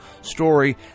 story